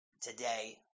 today